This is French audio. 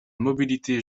mobilité